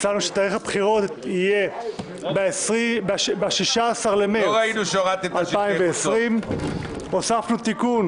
הצענו שתאריך הבחירות יהיה ה-16 במרץ 2021. הוספנו תיקון